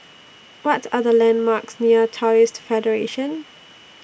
What Are The landmarks near Taoist Federation